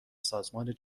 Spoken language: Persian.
سازمان